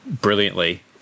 brilliantly